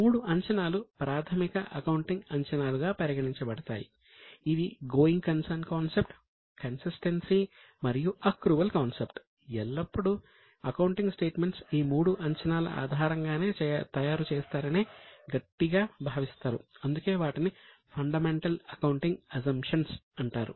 AS1 accounting standard అంటారు